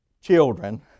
children